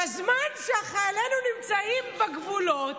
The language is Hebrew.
בזמן שחיילינו נמצאים בגבולות,